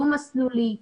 דו מסלולי,